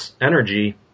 energy